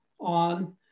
on